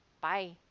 Bye